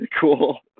cool